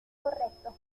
correctos